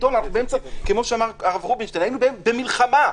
כמו שאמר הרב רובינשטיין, היינו במלחמה.